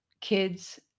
kids